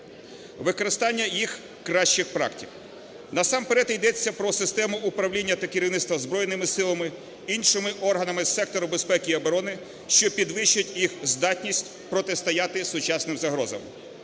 використання їх кращих практик. Насамперед йдеться про систему управління та керівництва Збройними Силами, іншими органами з сектору безпеки і оборони, що підвищить їх здатність протистояти сучасним загрозам.